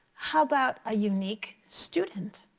how about a unique student?